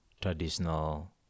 traditional